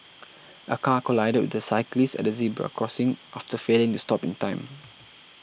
a car collided with a cyclist at a zebra crossing after failing to stop in time